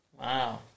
Wow